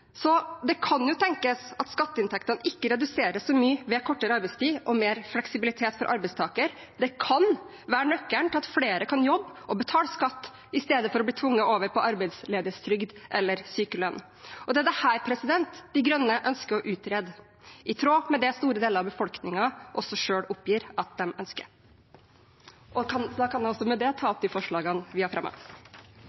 Så det kan jo tenkes at skatteinntektene ikke reduseres så mye ved kortere arbeidstid og mer fleksibilitet for arbeidstaker. Det kan være nøkkelen til at flere kan jobbe og betale skatt i stedet for å bli tvunget over på arbeidsledighetstrygd eller sykelønn. Og det er dette De Grønne ønsker å utrede, i tråd med det store deler av befolkningen også selv oppgir at de ønsker. Da kan jeg også med det ta